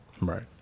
right